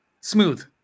smooth